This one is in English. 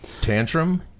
tantrum